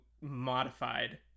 modified